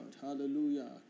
Hallelujah